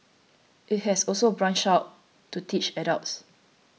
it has also branched out to teach adults